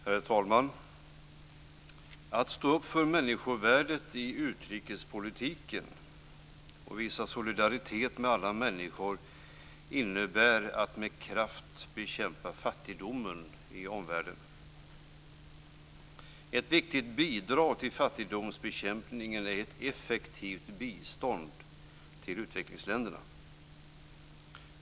Herr talman! Att stå upp för människovärdet i utrikespolitiken och visa solidaritet med alla människor innebär att med kraft bekämpa fattigdomen i omvärlden. Ett viktigt bidrag till fattigdomsbekämpningen är ett effektivt bistånd till utvecklingsländerna.